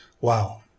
Wow